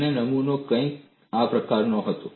અને નમૂનો કંઈક આ પ્રકારનો હતો